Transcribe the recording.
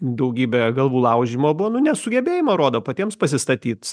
daugybė galvų laužymo buvo nu nesugebėjimą rodo patiems pasistatyt